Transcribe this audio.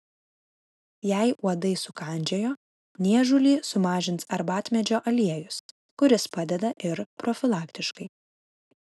jei uodai sukandžiojo niežulį sumažins arbatmedžio aliejus kuris padeda ir profilaktiškai